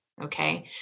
okay